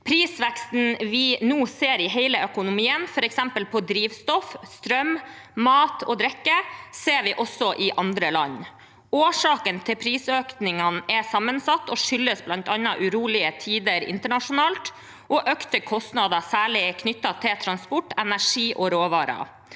Prisveksten vi nå ser i hele økonomien, f.eks. på drivstoff, strøm, mat og drikke, ser vi også i andre land. Årsaken til prisøkningene er sammensatt og skyldes bl.a. urolige ti der internasjonalt og økte kostnader, særlig knyttet til transport, energi og råvarer.